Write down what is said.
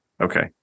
Okay